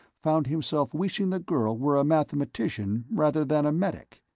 found himself wishing the girl were a mathematician rather than a medic.